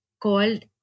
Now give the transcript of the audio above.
called